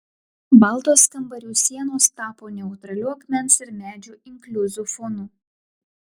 baltos kambarių sienos tapo neutraliu akmens ir medžio inkliuzų fonu